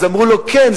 אז אמרו לו: כן,